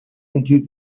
into